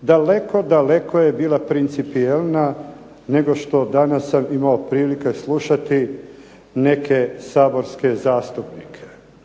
daleko, daleko je bila principijelna nego što danas sam imao prilike slušati neke saborske zastupnike.